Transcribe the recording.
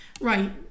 Right